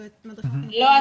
לא.